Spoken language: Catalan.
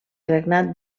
regnat